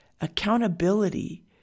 accountability